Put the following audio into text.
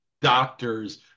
doctors